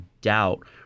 doubt